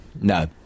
no